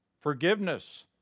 Forgiveness